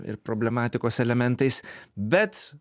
ir problematikos elementais bet